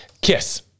kiss